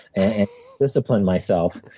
and discipline myself.